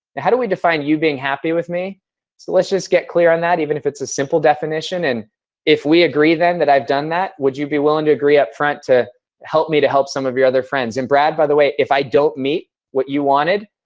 and how do we define you being happy with me? so let's just get clear on that even if it's a simple definition. and if we agree then that i've done that, would you be willing to agree upfront to help me to help some of your other friends. and, brad, by the way, if i don't meet what you wanted.